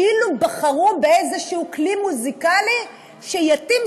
כאילו בחרו באיזה כלי מוזיקלי שיתאים